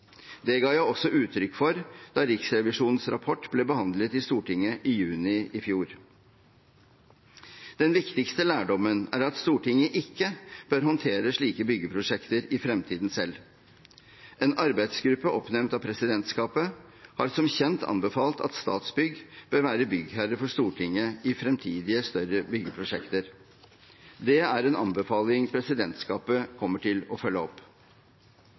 Det ga jeg også uttrykk for da Riksrevisjonens rapport ble behandlet i Stortinget i juni i fjor. Den viktigste lærdommen er at Stortinget ikke bør håndtere slike byggeprosjekter i fremtiden selv. En arbeidsgruppe oppnevnt av presidentskapet har som kjent anbefalt at Statsbygg bør være byggherre for Stortinget i fremtidige større byggeprosjekter. Det er en anbefaling presidentskapet kommer til å følge opp.